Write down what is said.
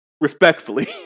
Respectfully